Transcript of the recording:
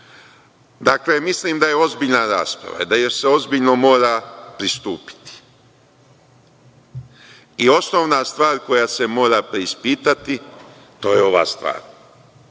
drugim. Dakle, mislim da je ozbiljna rasprava, da joj se ozbiljno mora pristupiti. I, osnovna stvar koja se mora preispitati, to je ova stvar,